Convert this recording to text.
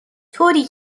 طوری